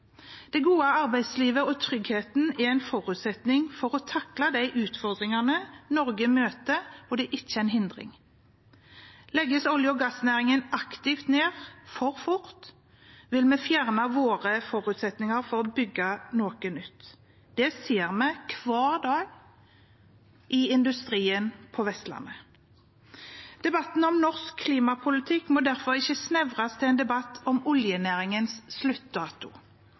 Det gode arbeidslivet og tryggheten er en forutsetning for å takle de utfordringene Norge møter, det er ikke en hindring. Legges olje- og gassnæringen aktivt ned for fort, vil vi fjerne våre forutsetninger for å bygge noe nytt. Det ser vi hver dag i industrien på Vestlandet. Debatten om norsk klimapolitikk må derfor ikke snevres inn til en debatt om oljenæringens sluttdato.